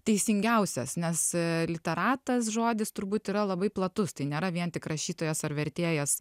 teisingiausias nes literatas žodis turbūt yra labai platus tai nėra vien tik rašytojas ar vertėjas